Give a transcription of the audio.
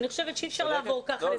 אני חושבת שאי אפשר לעבור על כך לסדר היום.